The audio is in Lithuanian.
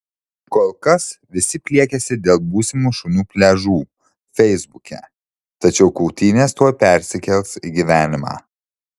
kol kas visi pliekiasi dėl būsimų šunų pliažų feisbuke tačiau kautynės tuoj persikels į gyvenimą